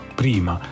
prima